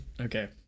okay